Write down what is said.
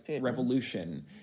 revolution